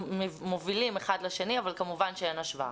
שמובילים אחד לשני אבל כמובן שאין השוואה.